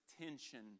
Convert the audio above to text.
tension